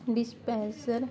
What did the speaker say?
dispenser